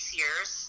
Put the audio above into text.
years